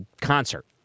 concert